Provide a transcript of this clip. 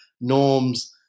norms